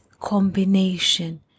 combination